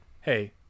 hey